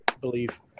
believe